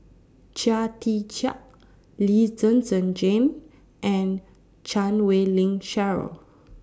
Chia Tee Chiak Lee Zhen Zhen Jane and Chan Wei Ling Cheryl